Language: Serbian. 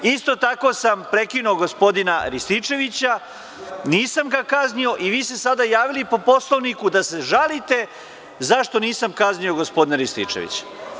Isto tako sam prekinuo gospodina Rističevića, nisam ga kaznio i vi ste se sada javili po Poslovniku da se žalite zašto nisam kaznio gospodina Rističevića.